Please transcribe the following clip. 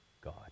God